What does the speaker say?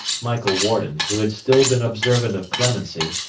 michael warden, who had still been observant of clemency,